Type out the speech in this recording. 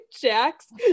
Jax